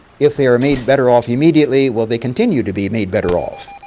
if they are made better off immediately will they continue to be made better off?